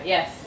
Yes